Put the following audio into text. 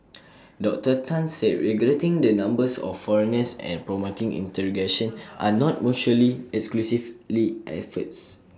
Doctor Tan said regulating the numbers of foreigners and promoting integration are not mutually exclusively efforts